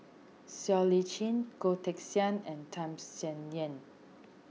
Siow Lee Chin Goh Teck Sian and Tham Sien Yen